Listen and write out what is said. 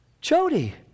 Jody